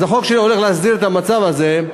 אז החוק שלי הולך להסדיר את המצב הזה,